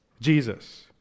Jesus